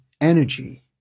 energy